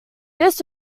this